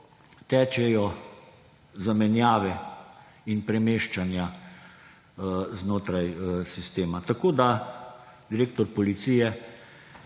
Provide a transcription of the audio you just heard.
tečejo zamenjave in premeščanja znotraj sistema? Tako, da direktor policije